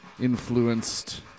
influenced